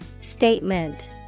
Statement